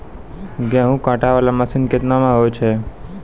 गेहूँ काटै वाला मसीन केतना मे होय छै?